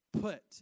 put